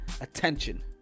attention